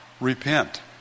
repent